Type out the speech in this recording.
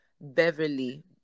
beverly